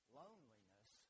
loneliness